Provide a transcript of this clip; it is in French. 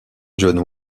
john